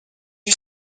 you